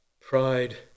pride